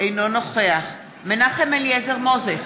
אינו נוכח מנחם אליעזר מוזס,